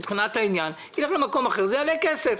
אם זה ילך למקום אחר זה יעלה כסף.